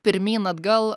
pirmyn atgal